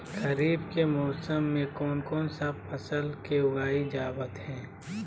खरीफ के मौसम में कौन कौन सा फसल को उगाई जावत हैं?